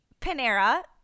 Panera